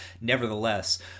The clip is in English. nevertheless